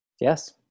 Yes